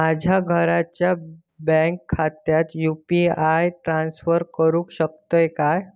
माझ्या घरातल्याच्या बँक खात्यात यू.पी.आय ट्रान्स्फर करुक शकतय काय?